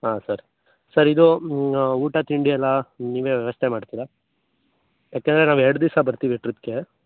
ಹಾಂ sir sir ಇದು ಊಟ ತಿಂಡಿಯೆಲ್ಲ ನೀವೆ ವ್ಯವಸ್ಥೆ ಮಾಡ್ತೀರಾ ಏಕೆಂದ್ರೆ ನಾವು ಎರಡು ದಿವಸ ಬರ್ತೀವಿ ಟ್ರಿಪ್ಗೆ